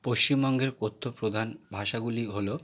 পশ্চিমবঙ্গের কথ্য প্রধান ভাষাগুলি হল